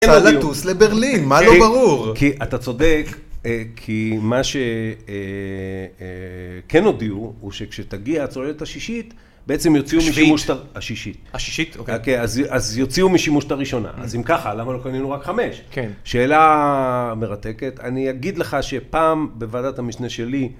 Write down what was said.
אין לנטוס לברלין, מה לא ברור? כי אתה צודק, כי מה שכן הודיעו, הוא שכשתגיע הצוללת השישית, בעצם יוצאו משימוש... השישית. השישית, אוקיי. אוקיי, אז יוצאו משימוש את הראשונה. אז אם ככה, למה לא קנינו רק חמש? כן. שאלה מרתקת. אני אגיד לך שפעם, בוועדת המשנה שלי,